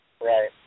Right